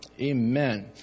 amen